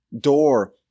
door